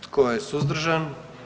Tko je suzdržan?